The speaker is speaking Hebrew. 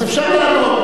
אז אפשר לענות.